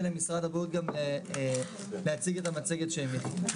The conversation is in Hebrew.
למשרד הבריאות גם להציג את המצגת שהם הכינו.